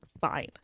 fine